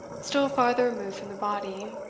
still farther removed from the body,